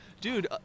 dude